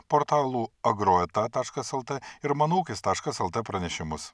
portalų agro eta taškas lt ir mano ūkis taškas lt pranešimus